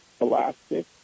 elastic